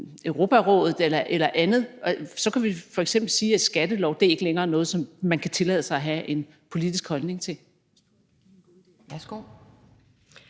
Europarådet eller andet, og så kunne vi f.eks. sige, at skattelov ikke længere er noget, man kan tillade sig at have en politisk holdning til.